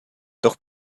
doch